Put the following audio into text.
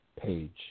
Page